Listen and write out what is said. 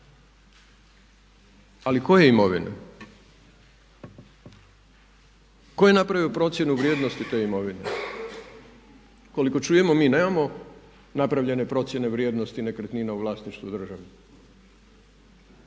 ali koje imovine? Tko je napravio procjenu vrijednosti te imovine. Koliko čujemo, mi nemamo napravljene procjene vrijednosti nekretnina u vlasništvu države